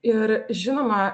ir žinoma